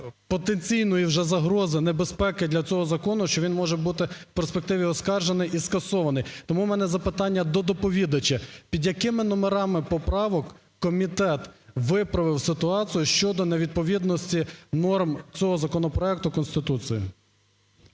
потенційної вже загрози небезпеки для цього закону, що він може бути в перспективі оскаржений і скасований. Тому у мене запитання до доповідача, під якими номерами поправок комітет виправив ситуацію щодо невідповідності норм цього законопроекту Конституції?